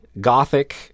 gothic